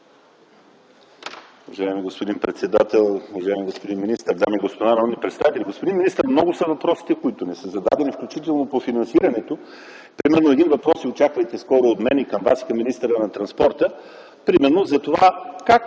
Уважаеми господин председател, уважаеми господин министър, дами и господа народни представители! Господин министър, много са въпросите, които не са зададени, включително по финансирането. Примерно очаквайте скоро от мен един въпрос към Вас и към министъра на транспорта за това как